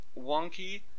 wonky